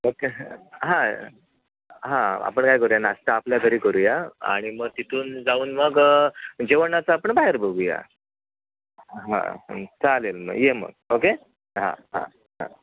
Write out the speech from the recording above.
okay हां हां आपण काय करूया नाश्ता आपल्या घरी करूया आणि मग तिथून जाऊन मग जेवणाचं आपण बाहेर बघूया हां चालेल मग ये मग ओके हां हां हां